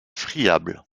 friable